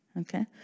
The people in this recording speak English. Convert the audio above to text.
okay